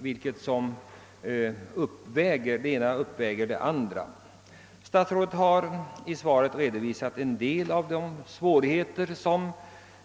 Statsrådet har i sitt svar redovisat en del av de nackdelar som